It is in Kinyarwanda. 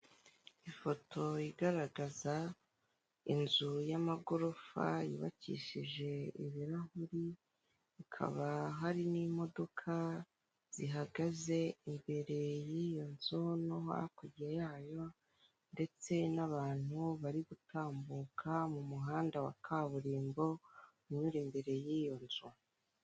Ifoto igaragaza inzu y'amagorofa yubakishije ibirahuri, hakaba hari n'imodoka zihagaze imbere y'iyo nzu no hakurya yayo ndetse n'abantu bari gutambuka mu muhanda wa kaburimbo unyura imbere y'iyo nzu.